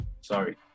Sorry